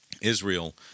Israel